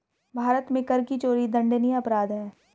भारत में कर की चोरी दंडनीय अपराध है